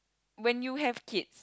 when you have kids